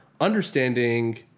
understanding